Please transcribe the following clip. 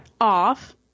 off